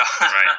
Right